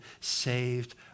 saved